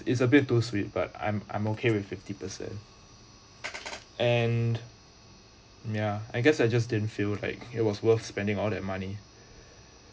it's a bit too sweet but I'm I'm okay with fifty percent and yeah I guess I just didn't feel like it was worth spending all that money